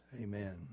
Amen